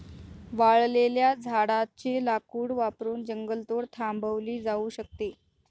वाळलेल्या झाडाचे लाकूड वापरून जंगलतोड थांबवली जाऊ शकते